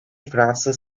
fransız